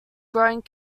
growing